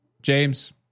James